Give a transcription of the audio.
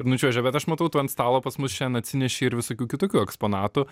nučiuožia bet aš matau tu ant stalo pas mus šiandien atsinešei ir visokių kitokių eksponatų